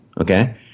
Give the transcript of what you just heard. okay